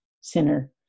sinner